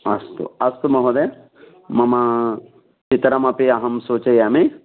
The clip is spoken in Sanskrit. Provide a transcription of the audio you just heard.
अस्तु अस्तु महोदय मम पितरमपि अहं सूचयामि